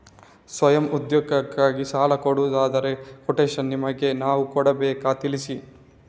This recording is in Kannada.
ಸ್ವಯಂ ಉದ್ಯೋಗಕ್ಕಾಗಿ ಸಾಲ ಕೊಡುವುದಾದರೆ ಕೊಟೇಶನ್ ನಿಮಗೆ ನಾವು ಕೊಡಬೇಕಾ ತಿಳಿಸಿ?